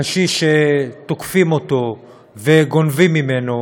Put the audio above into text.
קשיש תוקפים אותו וגונבים ממנו,